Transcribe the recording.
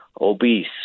obese